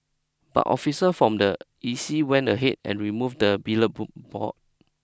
but officer from the E C went ahead and removed the board